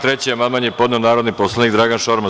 Na član 3. amandman je podneo narodni poslanik Dragan Šormaz.